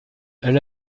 elle